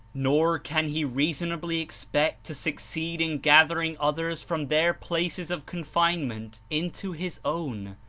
nor can he reasonably expect to succeed in gathering others from their places of confinement into his own,